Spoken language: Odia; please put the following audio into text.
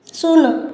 ଶୂନ